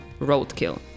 Roadkill